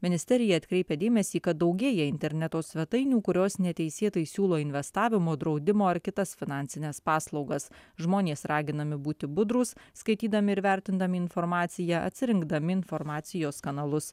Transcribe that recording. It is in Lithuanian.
ministerija atkreipia dėmesį kad daugėja interneto svetainių kurios neteisėtai siūlo investavimo draudimo ar kitas finansines paslaugas žmonės raginami būti budrūs skaitydami ir vertindami informaciją atsirinkdami informacijos kanalus